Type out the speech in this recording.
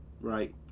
right